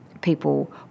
people